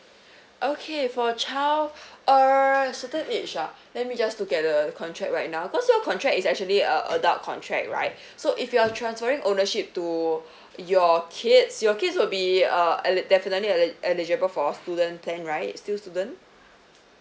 okay for child err certain age ah let me just look at the contract right now cause your contract is actually a adult contract right so if you are transferring ownership to your kids your kids will be uh eli~ definitely eli~ eligible for a student plan right still student